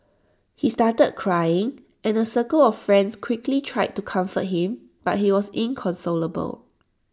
he started crying and A circle of friends quickly tried to comfort him but he was inconsolable